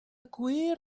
gwir